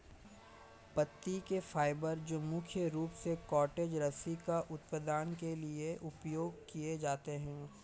पत्ती के फाइबर जो मुख्य रूप से कॉर्डेज रस्सी का उत्पादन के लिए उपयोग किए जाते हैं